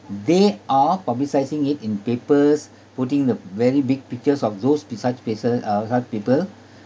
they are publicising it in papers putting the very big pictures of those beside person uh help people